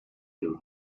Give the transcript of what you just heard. have